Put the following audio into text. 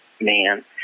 man